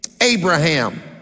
Abraham